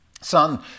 son